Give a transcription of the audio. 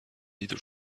little